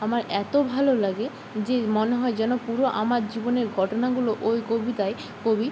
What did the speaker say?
আমার এত ভালো লাগে যে মনে হয় যেন পুরো আমার জীবনের ঘটনাগুলো ওই কবিতায় কবি